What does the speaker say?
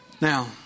Now